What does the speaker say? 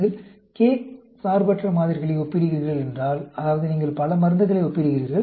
நீங்கள் k சார்பற்ற மாதிரிகளை ஒப்பிடுகிறீர்கள் என்றால் அதாவது நீங்கள் பல மருந்துகளை ஒப்பிடுகிறீர்கள்